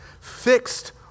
fixed